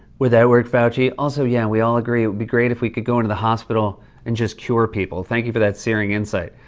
would that work, fauci? also, yeah, we all agree it would be great if we could go into the hospital and just cure people. thank you for that searing insight.